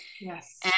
Yes